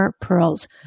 Pearls